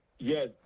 Yes